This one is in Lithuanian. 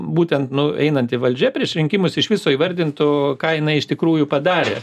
būtent nueinanti valdžia prieš rinkimus iš viso įvardintų ką jinai iš tikrųjų padarė